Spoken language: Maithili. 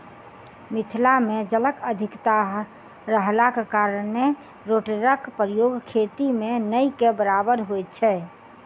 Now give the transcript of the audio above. मिथिला मे जलक अधिकता रहलाक कारणेँ रोटेटरक प्रयोग खेती मे नै के बराबर होइत छै